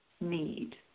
need